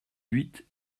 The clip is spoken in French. huit